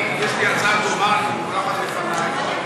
יש לי הצעה דומה שמונחת בפניי.